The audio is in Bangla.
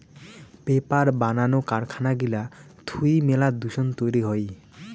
পেপার বানানো কারখানা গিলা থুই মেলা দূষণ তৈরী হই